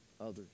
others